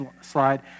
slide